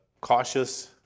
cautious